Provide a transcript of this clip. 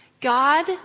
God